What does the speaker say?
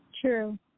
true